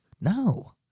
No